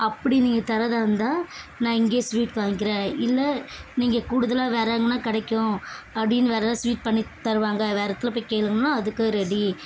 அப்படி நீங்கள் தர்றதா இருந்தால் நான் இங்கே ஸ்வீட் வாங்க்கிறேன் இல்லை நீங்கள் கூடுதலாக வேற எங்கன்னா கிடைக்கும் அப்படின்னு வேற ஏதாவது ஸ்வீட் பண்ணி தருவாங்கள் வேற இடத்துல போய் கேளுங்கன்னா அதுக்கும் ரெடி